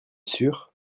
sûre